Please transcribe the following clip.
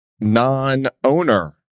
non-owner